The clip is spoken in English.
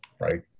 right